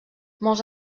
molts